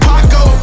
Paco